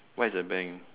what is a bank